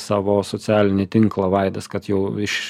savo socialinį tinklą vaidas kad jau virš